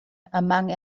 among